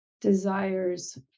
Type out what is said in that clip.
desires